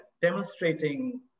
demonstrating